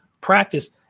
practice